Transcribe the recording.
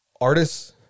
artists